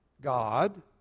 God